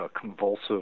convulsive